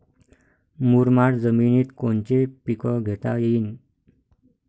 मुरमाड जमिनीत कोनचे पीकं घेता येईन?